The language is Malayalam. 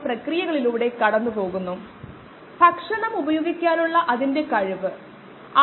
മൈക്രോആൽഗകളോടും മറ്റ് ഫോട്ടോസിന്തറ്റിക് ജീവികളോടും സാധാരണയായി ഉപയോഗിക്കുന്ന ഒരു ഫോട്ടോബയോറിയാക്ടർ